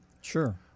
Sure